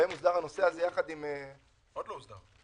בהן הוסדר הנושא הזה יחד עם --- עוד לא הוסדר.